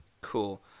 Cool